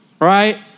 right